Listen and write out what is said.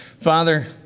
Father